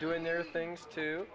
doing their things too